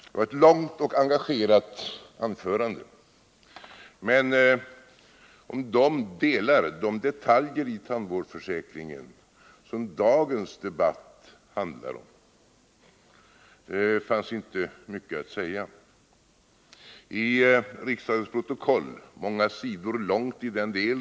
Det var ett långt och engagerat anförande, men om de delar, de detaljer. i tandvårdsförsäkringen som dagens debatt handlar om fanns inte mycket att säga. I riksdagens protokoll, många sidor långt i den de!